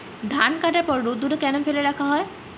ধান কাটার পর রোদ্দুরে কেন ফেলে রাখা হয়?